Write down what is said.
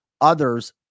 Others